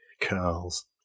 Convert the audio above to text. curls